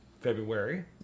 February